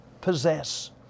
possess